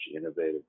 innovative